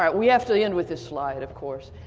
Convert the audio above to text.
um we have to end with this slide, of course